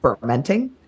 fermenting